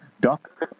doc